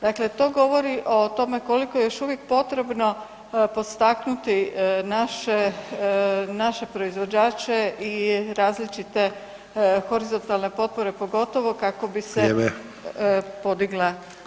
Dakle, to govori o tome koliko je još uvijek potrebno podstaknuti naše proizvođače i različite horizontalne potpore pogotovo kako bi se [[Upadica Sanader: Vrijeme.]] podigla.